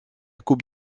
coupe